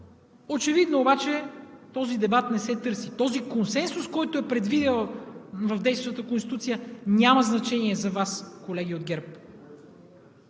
Очевидно обаче този дебат не се търси. Този консенсус, който е предвиден в действащата Конституция, няма значение за Вас, колеги от ГЕРБ.